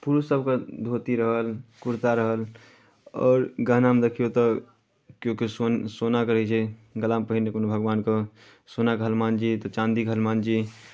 पुरुष सभके धोती रहल कुर्ता रहल आओर गहनामे देखियौ तऽ केओ केओ सोन सोनाके रहै छै गलामे पहिरने कोनो भगवानके सोनाके हनुमान जी तऽ चाँदीके हनुमानजी